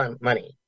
money